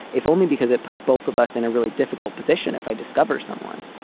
if only because it puts both of us in a really difficult position if i discover someone,